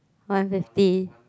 one fifty